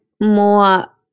more